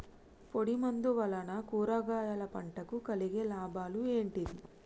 పొడిమందు వలన కూరగాయల పంటకు కలిగే లాభాలు ఏంటిది?